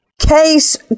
Case